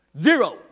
Zero